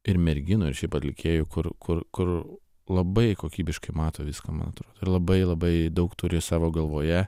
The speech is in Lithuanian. ir merginų ir šiaip atlikėjų kur kur kur labai kokybiškai mato viską man atrodo ir labai labai daug turi savo galvoje